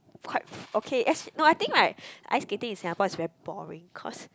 quite okay as no I think like ice skating in Singapore is very boring cause